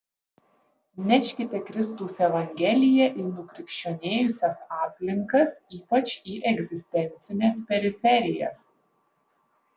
neškite kristaus evangeliją į nukrikščionėjusias aplinkas ypač į egzistencines periferijas